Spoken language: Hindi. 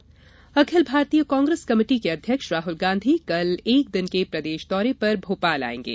राहुल दौरा अखिल भारतीय कांग्रेस कमेटी के अध्यक्ष राहल गांधी कल एक दिन के प्रदेश दौरे पर भोपाल आएंगे